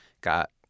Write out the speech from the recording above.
got